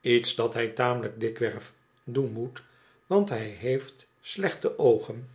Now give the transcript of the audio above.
iets dat hij tamelijk dikwerf doen moet want hij heeft slechte oogen en is